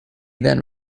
then